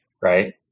right